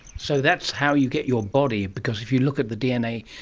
so that's how you get your body, because if you look at the dna,